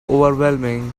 overwhelming